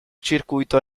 circuito